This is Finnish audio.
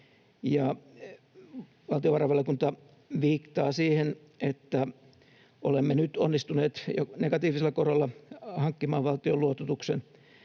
valtiovarainvaliokunta viittaa siihen, että olemme nyt jo onnistuneet negatiivisilla koroilla hankkimaan valtion luototuksen,